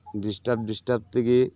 ᱰᱤᱥᱴᱟᱯ ᱰᱤᱥᱴᱟᱯ ᱛᱮᱜᱤ